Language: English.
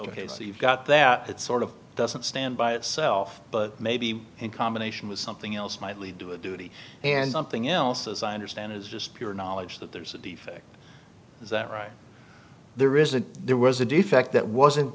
ok so you've got that it's sort of doesn't stand by itself but maybe in combination with something else might lead to a duty and something else as i understand it is just pure knowledge that there's a defect is that right there is a there was a defect that wasn't